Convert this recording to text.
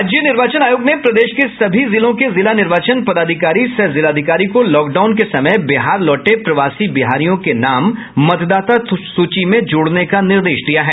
राज्य निर्वाचन आयोग ने प्रदेश के सभी जिलों के जिला निर्वाचन पदाधिकारी सह जिलाधिकारी को लॉकडाउन के समय बिहार लौटे प्रवासी बिहारियों के नाम मतदाता सूची में जोड़ने का निर्देश दिया है